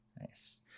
Nice